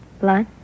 Blood